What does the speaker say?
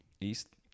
East